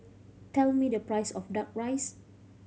tell me the price of Duck Rice